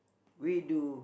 we do